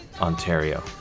Ontario